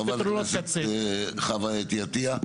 חברת הכנסת חוה אתי עטיה.